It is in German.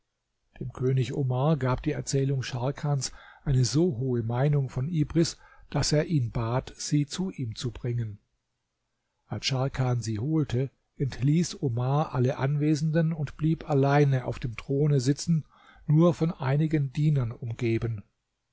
dem könig omar gab die erzählung scharkans eine so hohe meinung von ibris daß er ihn bat sie zu ihm zu bringen als scharkan sie holte entließ omar alle anwesenden und blieb allein auf dem throne sitzen nur von einigen dienern umgeben